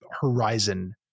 horizon